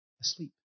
asleep